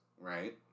right